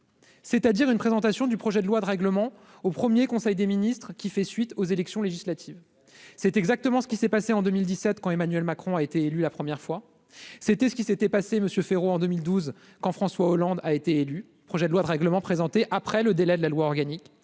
C'est-à-dire une présentation du projet de loi de règlement au 1er, conseil des ministres, qui fait suite aux élections législatives, c'est exactement ce qui s'est passé en 2017 quand Emmanuel Macron a été élu la première fois, c'était ce qui s'était passé Monsieur Féraud en 2012 quand François Hollande a été élu, projet de loi de règlement présenté après le délai de la loi organique,